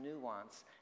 nuance